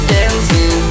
dancing